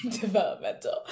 developmental